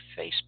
Facebook